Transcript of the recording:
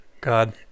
God